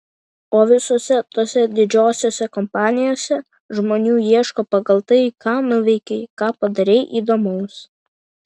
o visose tose didžiosiose kompanijose žmonių ieško pagal tai ką nuveikei ką padarei įdomaus